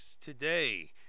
Today